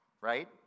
right